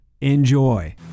Enjoy